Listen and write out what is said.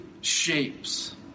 shapes